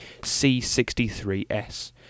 C63S